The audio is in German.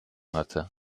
hatte